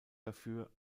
dafür